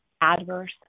Adverse